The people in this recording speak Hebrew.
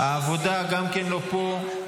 גם העבודה לא פה.